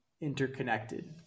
interconnected